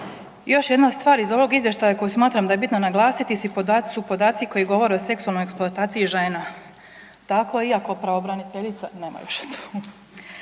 Još jedna stvar iz ovog izvještaja koju smatram da je bitno naglasiti su podaci koji govore o seksualnoj eksploataciji žena. Tako iako pravobraniteljica, nema je više